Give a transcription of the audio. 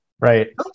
Right